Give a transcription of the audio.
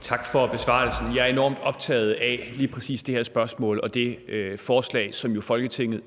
Tak for besvarelsen. Jeg er enormt optaget af lige præcis det her spørgsmål og det forslag, som Folketinget jo